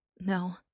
No